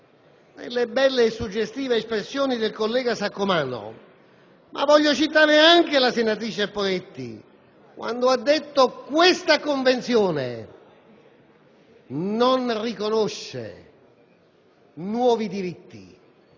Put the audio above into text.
nelle belle e suggestive espressioni del collega Saccomanno, ma voglio ricordare anche la senatrice Poretti, che questa Convenzione non riconosce nuovi diritti